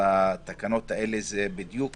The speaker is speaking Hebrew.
בתקנות האלה זה בדיוק